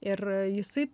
ir jisai